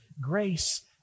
grace